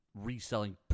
reselling